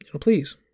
Please